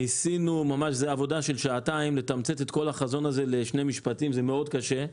ניסינו לתמצת את כל החזון הזה לשני משפטים וזה מאוד קשה.